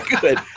good